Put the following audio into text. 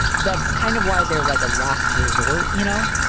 that's kind of why they're like a last resort, you know,